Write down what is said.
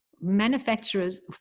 manufacturers